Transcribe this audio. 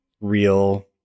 real